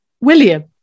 William